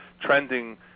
trending